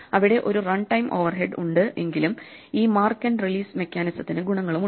അവിടെ ഒരു runtime overhead ഉണ്ട് എങ്കിലും ഈ മാർക്ക് റിലീസ് മെക്കാനിസത്തിനു ഗുണങ്ങളുമുണ്ട്